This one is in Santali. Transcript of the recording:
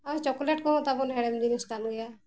ᱟᱨ ᱪᱚᱠᱞᱮᱴ ᱠᱚᱦᱚᱸ ᱛᱟᱵᱚᱱ ᱦᱮᱲᱮᱢ ᱡᱤᱱᱤᱥ ᱠᱟᱱ ᱜᱮᱭᱟ